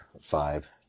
five